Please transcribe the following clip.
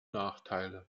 nachteile